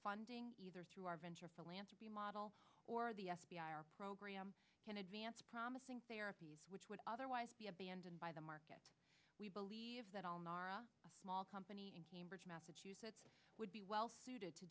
funding either through our venture philanthropy model or the s v r program can advance promising therapies which would otherwise be abandoned by the market we believe that on our a small company cambridge massachusetts would be well suited to